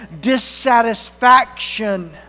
dissatisfaction